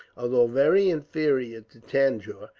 although very inferior to tanjore,